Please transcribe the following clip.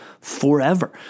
forever